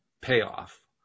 payoff